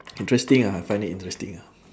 interesting ah I find it interesting ah